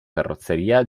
carrozzeria